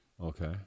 Okay